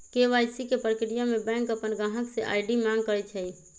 KYC के परक्रिया में बैंक अपन गाहक से आई.डी मांग करई छई